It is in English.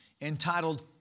entitled